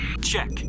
Check